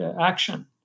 action